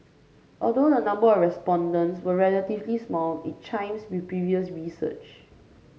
although the number of respondents was relatively small it chimes with previous research